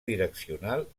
direccional